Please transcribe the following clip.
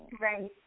Right